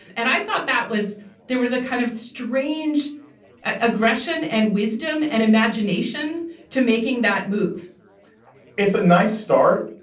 and i thought that was there was a kind of strange aggression and wisdom and imagination to making that move it's a nice start.